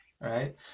right